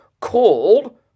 called